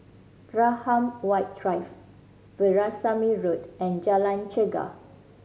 Graham White Drive Veerasamy Road and Jalan Chegar